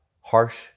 harsh